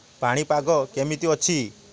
ପାଣିପାଗ କେମିତି ଅଛି